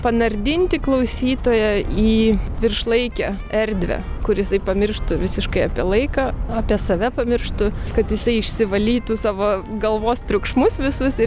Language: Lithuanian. panardinti klausytoją į viršlaikę erdvę kur jisai pamirštų visiškai apie laiką apie save pamirštų kad jisai išsivalytų savo galvos triukšmus visus ir